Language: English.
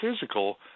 physical